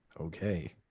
okay